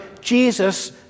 Jesus